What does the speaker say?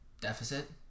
deficit